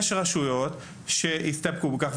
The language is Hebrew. יש רשויות שהסתפקו בכך,